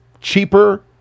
cheaper